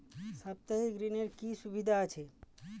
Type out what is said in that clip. সাপ্তাহিক ঋণের কি সুবিধা আছে?